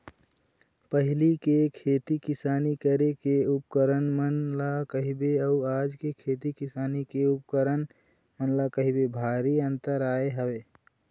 पहिली के खेती किसानी करे के उपकरन मन ल कहिबे अउ आज के खेती किसानी के उपकरन मन ल कहिबे भारी अंतर आय हवय